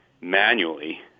manually